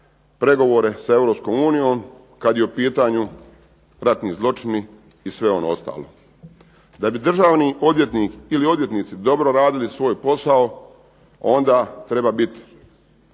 Europskom unijom kada je u pitanju ratni zločini i sve ono ostalo. Da bi državni odvjetnik ili odvjetnici dobro radili svoj posao, onda treba biti